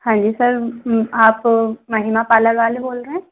हाँ जी सर आप महिमा पार्लर वाले बोल रहे हैं